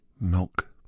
milk